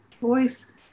voice